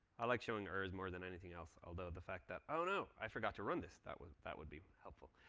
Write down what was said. i like shows errorring more than anything else. the fact that i you know i forgot to run this. that would that would be helpful.